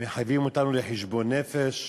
מחייבים אותנו לחשבון נפש,